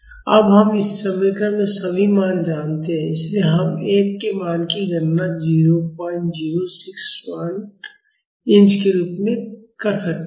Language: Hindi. अब हम इस समीकरण में सभी मान जानते हैं इसलिए हम F के मान की गणना 0061 इंच के रूप में कर सकते हैं